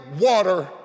water